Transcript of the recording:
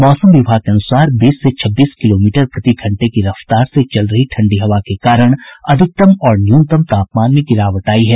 मौसम विभाग के अन्सार बीस से छब्बीस किलोमीटर प्रतिघंटे की रफ्तार से चल रही ठंडी हवा के कारण अधिकतम और न्यूनतम तापमान में गिरावट आयी है